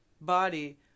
body